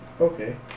Okay